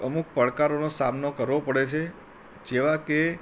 અમુક પડકારોનો સામનો કરવો પડે છે જેવા કે